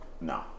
No